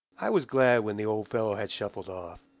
i was glad when the old fellow had shuffled off.